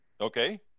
Okay